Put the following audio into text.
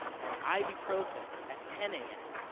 an ibuprofen at ten am,